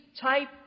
type